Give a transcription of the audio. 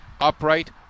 upright